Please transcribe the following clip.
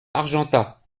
argentat